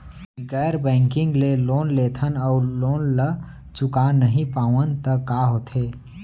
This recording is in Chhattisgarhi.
गैर बैंकिंग ले लोन लेथन अऊ लोन ल चुका नहीं पावन त का होथे?